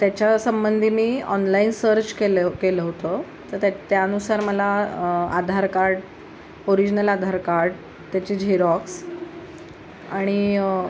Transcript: त्याच्यासंबंधी मी online search केले केलं होतं तर त्यानुसार मला आधारकार्ड ओरिजिनल आधारकार्ड त्याची झेरॉक्स आणि